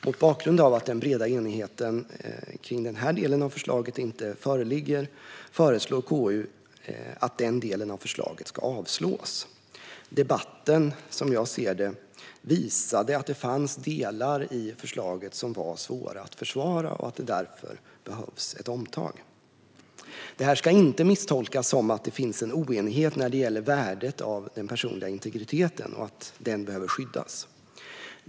Mot bakgrund av att den breda enigheten kring den här delen av förslaget inte föreligger föreslår KU att den delen av förslaget ska avslås. Som jag ser det visade debatten att det fanns delar i förslaget som var svåra att försvara och att det därför behövs ett omtag. Detta ska inte misstolkas som att det finns en oenighet när det gäller värdet av den personliga integriteten och att den behöver skyddas.